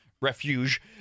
refuge